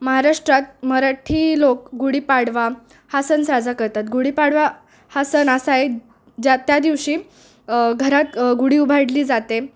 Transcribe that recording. महाराष्ट्रात मराठी लोक गुढीपाडवा हा सण साजरा करतात गुढीपाडवा हा सण असा आहे ज्या त्या दिवशी घरात गुढी उभारली जाते